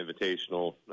invitational